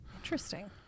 interesting